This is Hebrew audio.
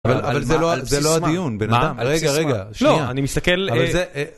אבל זה לא הדיון, בן אדם, רגע, רגע, שנייה, אני מסתכל אה .. אבל זה...